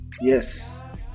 Yes